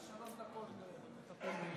יש לי שלוש דקות לטפל בעניין.